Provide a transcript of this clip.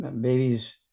babies